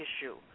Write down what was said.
issue